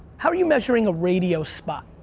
how are you measuring a radio spot?